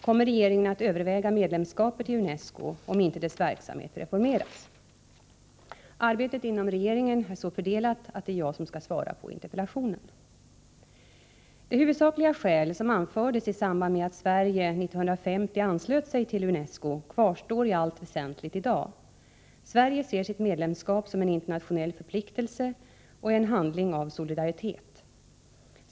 Kommer regeringen att överväga medlemskapet i UNESCO om inte dess verksamhet reformeras? Arbetet inom regeringen är så fördelat att det är jag som skall svara på interpellationen. De huvudsakliga skäl som anfördes i samband med att Sverige 1950 anslöt sig till UNESCO kvarstår i allt väsentligt i dag: Sverige ser sitt medlemskap som en internationell förpliktelse och en handling av solidaritet.